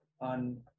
on-